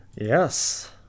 yes